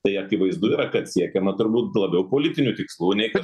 tai akivaizdu kad siekiama turbūt labiau politinių tikslų nei kad